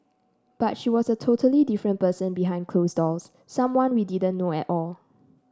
but she was a totally different person behind closed doors someone we didn't know at all